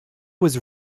was